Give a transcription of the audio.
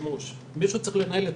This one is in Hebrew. מישהו צריך לנהל את